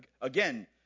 again